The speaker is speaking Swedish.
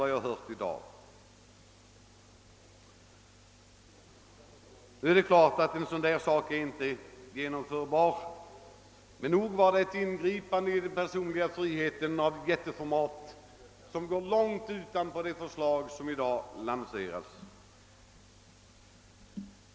Givetvis är någonting sådant inte genomförbart, men nog innebar högertrafikomläggningen ett ingripande av jätteformat i den personliga friheten, som går långt utanför det förslag som i dag lanserats.